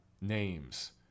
names